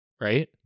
Right